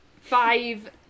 five